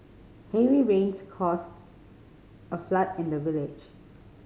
heavy rains caused a flood in the village